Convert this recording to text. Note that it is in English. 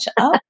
up